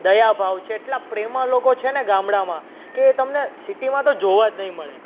દયા ભાવ છે એટલા પ્રેમાળ લોકો છે ને ગામડામાં કે એ તમને સિટીમાં તો જોવા જ નહીં મળે